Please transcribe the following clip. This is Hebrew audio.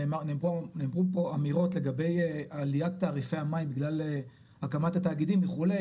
נאמרו פה אמירות לגבי עליית תעריפי המים בגלל הקמת התאגידים וכו'.